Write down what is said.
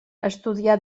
estudià